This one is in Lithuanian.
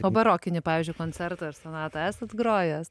o barokinį pavyzdžiui koncertą ar sonatą esat grojęs